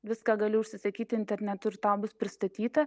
viską gali užsisakyti internetu ir tau bus pristatyta